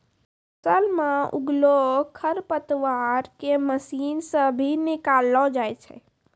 फसल मे उगलो खरपतवार के मशीन से भी निकालो जाय छै